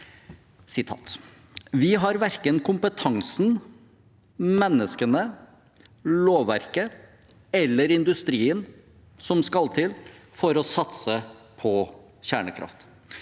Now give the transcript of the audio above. «Vi har verken kompetansen, menneskene, lovverket, eller industrien som skal til for å bygge kommersielle